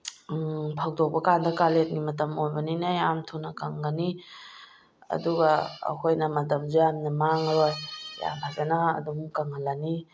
ꯐꯧꯗꯣꯛꯄ ꯀꯥꯟꯗ ꯀꯥꯂꯦꯟꯒꯤ ꯃꯇꯝ ꯑꯣꯏꯕꯅꯤꯅ ꯌꯥꯝ ꯊꯨꯅ ꯀꯪꯒꯅꯤ ꯑꯗꯨꯒ ꯑꯩꯈꯣꯏꯅ ꯃꯇꯝꯁꯨ ꯌꯥꯝꯅ ꯃꯥꯡꯉꯔꯣꯏ ꯌꯥꯝ ꯐꯖꯅ ꯑꯗꯨꯝ ꯀꯪꯍꯜꯂꯅꯤ